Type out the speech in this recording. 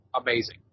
amazing